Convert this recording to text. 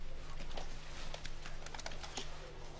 הישיבה ננעלה בשעה 10:30.